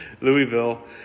Louisville